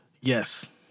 Yes